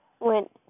went